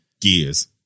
gears